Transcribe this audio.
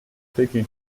taken